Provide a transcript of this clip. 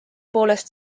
poolest